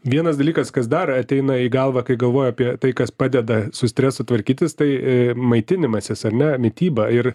vienas dalykas kas dar ateina į galvą kai galvoju apie tai kas padeda su stresu tvarkytis tai maitinimasis ar ne mityba ir